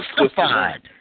justified